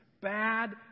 Bad